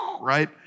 right